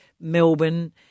Melbourne